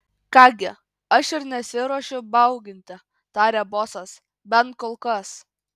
ką gi aš ir nesiruošiu bauginti tarė bosas bent kol kas